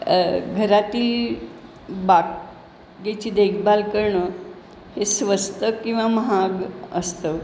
घरातील बागेची देखभाल करणं हे स्वस्त किंवा महाग असतं